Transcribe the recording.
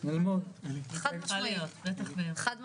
חד משמעי, חד משמעי.